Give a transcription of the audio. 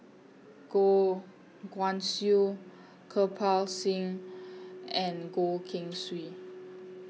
Goh Guan Siew Kirpal Singh and Goh Keng Swee